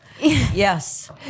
Yes